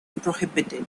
prohibited